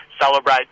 celebrate